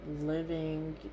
living